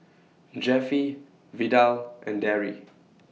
Jeffie Vidal and Darry